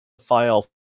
file